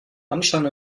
anschein